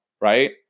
right